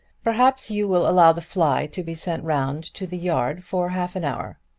perhaps you will allow the fly to be sent round to the yard for half-an-hour.